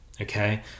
okay